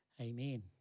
Amen